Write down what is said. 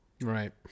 Right